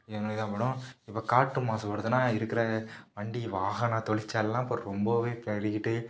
இதாக போய்விடும் இப்போ காற்று மாசுப்படுதுனால் இருக்கிற வண்டி வாகன தொழிற்சாலையெலாம் இப்போ ரொம்பவே பெருகிட்டு